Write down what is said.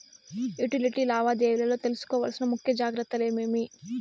Utility లావాదేవీల లో తీసుకోవాల్సిన ముఖ్య జాగ్రత్తలు ఏమేమి?